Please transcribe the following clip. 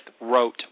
wrote